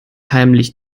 heimlich